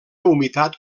humitat